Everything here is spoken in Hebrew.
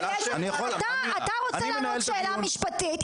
אבל אתה רוצה להעלות על שאלה משפטית,